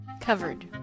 Covered